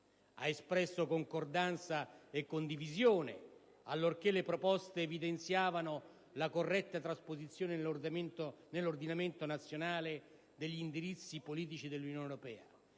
Ha espresso concordanza e condivisione allorché le proposte evidenziavano la corretta trasposizione nell'ordinamento nazionale degli indirizzi politici dell'Unione europea.